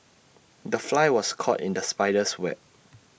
the fly was caught in the spider's web